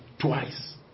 Twice